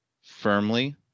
firmly